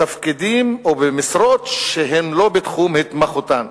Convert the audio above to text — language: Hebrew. או בתפקידים שהם לא בתחום התמחותן.